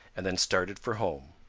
and then started for home.